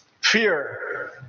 Fear